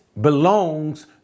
belongs